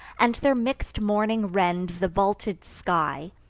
and their mix'd mourning rends the vaulted sky.